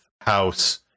house